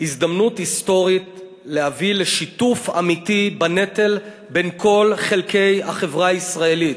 הזדמנות היסטורית להביא לשיתוף אמיתי בנטל בין כל חלקי החברה הישראלית.